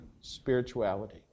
spirituality